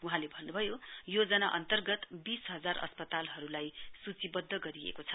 वहाँले भन्नभयो योजना अन्तर्गत वीस हजार अस्पतालहरूलाई सूचीबद्ध गरिएको छ